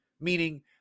Meaning